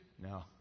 No